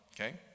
okay